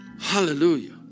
Hallelujah